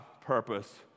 purpose